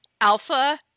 alpha